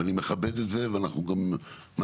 ואני מכבד את זה ואנחנו מה שאנחנו